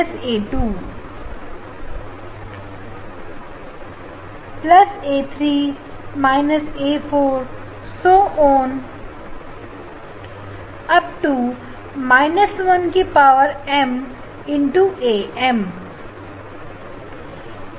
ए १ A two ए२ए३ A five one M ना की एएन एम